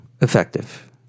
effective